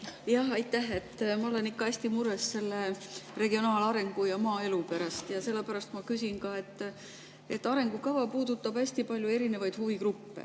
Aitäh! Ma olen ikka hästi mures regionaalarengu ja maaelu pärast, sellepärast ma küsin ka. Arengukava puudutab hästi palju erinevaid huvigruppe.